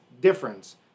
difference